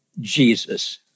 Jesus